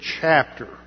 chapter